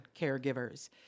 caregivers